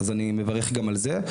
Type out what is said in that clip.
אני מברך גם על זה.